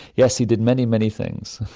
yes, he did many, many things.